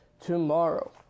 Tomorrow